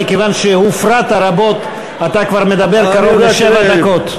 מכיוון שהופרעת רבות אתה כבר מדבר קרוב לשבע דקות,